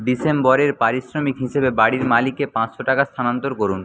ডিসেম্বরের পারিশ্রমিক হিসেবে বাাড়ির মালিক কে পাঁচশো টাকা স্থানান্তর করুন